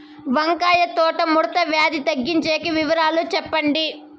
వంకాయ తోట ముడత వ్యాధి తగ్గించేకి వివరాలు చెప్పండి?